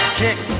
kick